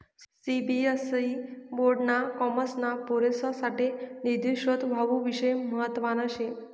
CBSE board ना कॉमर्सना पोरेससाठे निधी स्त्रोत हावू विषय म्हतवाना शे